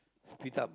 speed up